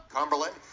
Cumberland